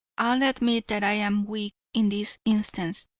i'll admit that i am weak in this instance.